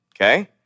okay